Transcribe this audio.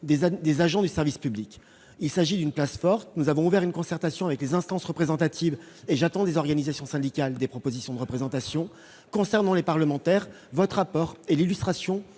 des agents du service public. Il s'agit d'une place forte : nous avons ouvert une concertation avec les instances représentatives, et j'attends des organisations syndicales des propositions de représentation. Elles n'en veulent pas ! Concernant les parlementaires, votre rapport est l'illustration